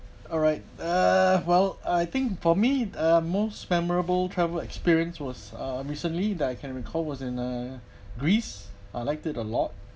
alright uh well I think for me uh most memorable travel experience was uh recently that I can't recall was in uh greece I liked it a lot